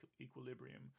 equilibrium